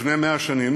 לפני 100 שנים,